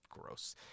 gross